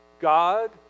God